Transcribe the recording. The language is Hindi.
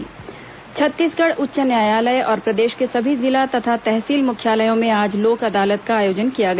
राष्ट्रीय लोक अदालत छत्तीसगढ़ उच्च न्यायालय और प्रदेश के सभी जिला तथा तहसील मुख्यालयों में आज लोक अदालत का आयोजन किया गया